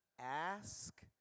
Ask